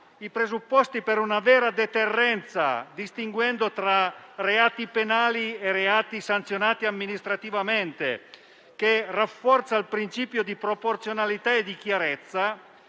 i presupposti per una vera deterrenza, distinguendo tra reati penali e reati sanzionati amministrativamente, nonché a rafforzare il principio di proporzionalità e di chiarezza,